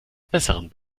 besseren